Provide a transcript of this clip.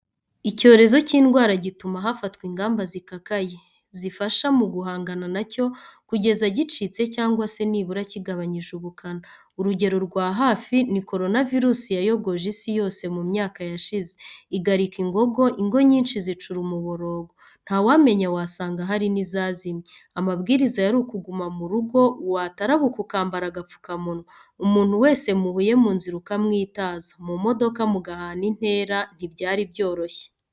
Icyorezo cy'indwara gituma hafatwa ingamba zikakaye, zifasha guhangana na cyo, kugeza gicitse cyangwa se nibura kigabanyije ubukana. Urugero rwa hafi ni Korona virusi yayogoje isi yose mu myaka yashize, igarika ingogo, ingo nyinshi zicura umuborogo, ntawamenya wasanga hari n'izazimye. Amabwiriza yari ukuguma mu rugo, watarabuka ukambara agapfukamunwa, umuntu wese muhuye mu nzira ukamwitaza, mu modoka mugahana intera. Ntibyari byoroshye.